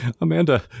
Amanda